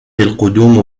القدوم